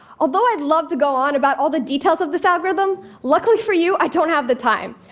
although i'd love to go on about all the details of this algorithm, luckily for you, i don't have the time.